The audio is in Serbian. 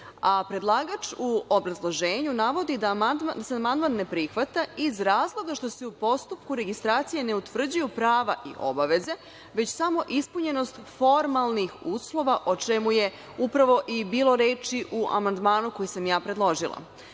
uslovi. Predlagač u obrazloženju navodi da se amandman ne prihvata iz razloga što se u postupku registracije ne utvrđuju prava i obaveze, već samo ispunjenost formalnih uslova, o čemu je upravo i bilo reči u amandmanu koji sam ja predložila.